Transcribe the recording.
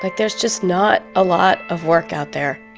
like there's just not a lot of work out there.